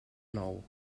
nou